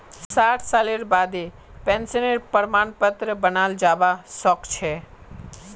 साठ सालेर बादें पेंशनेर प्रमाण पत्र बनाल जाबा सखछे